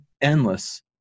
endless